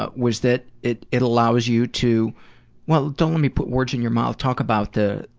ah was that it it allows you to well, don't let me put words in your mouth, talk about the